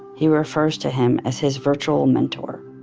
he refers to him as his virtual mentor.